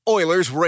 Oilers